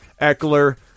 Eckler